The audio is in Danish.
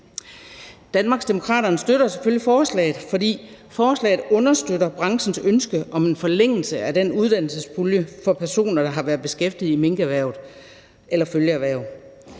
Danmarksdemokraterne støtter selvfølgelig forslaget, fordi forslaget understøtter branchens ønske om en forlængelse af den uddannelsespulje for personer, der har været beskæftiget i minkerhvervet eller følgeerhverv.